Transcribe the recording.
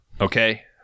okay